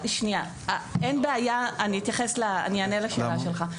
אני אענה לשאלה שלך.